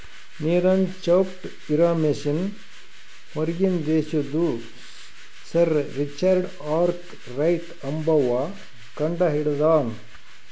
ನೀರನ್ ಚೌಕ್ಟ್ ಇರಾ ಮಷಿನ್ ಹೂರ್ಗಿನ್ ದೇಶದು ಸರ್ ರಿಚರ್ಡ್ ಆರ್ಕ್ ರೈಟ್ ಅಂಬವ್ವ ಕಂಡಹಿಡದಾನ್